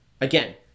again